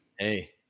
Hey